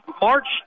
March